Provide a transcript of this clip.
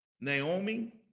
Naomi